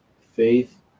faith